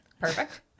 perfect